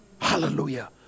Hallelujah